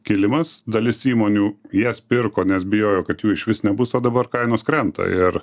kilimas dalis įmonių jas pirko nes bijojo kad jų išvis nebus o dabar kainos krenta ir